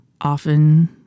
often